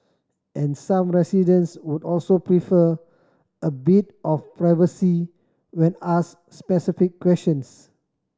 and some residents would also prefer a bit of privacy when asked specific questions